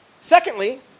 Secondly